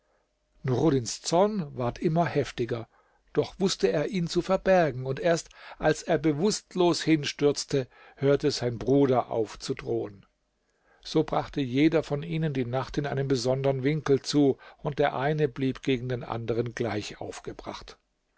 nuruddins zorn ward immer heftiger doch wußte er ihn zu verbergen und erst als er bewußtlos hinstürzte hörte sein bruder auf zu drohen so brachte jeder von ihnen die nacht in einem besondern winkel zu und der eine blieb gegen den anderen gleich aufgebracht